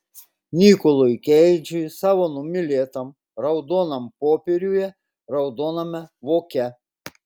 nikolui keidžui savo numylėtam raudonam popieriuje raudoname voke